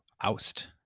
oust